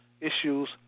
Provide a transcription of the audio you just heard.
issues